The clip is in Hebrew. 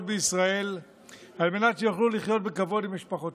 בישראל על מנת שיוכלו לחיות בכבוד עם משפחותיהם.